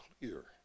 clear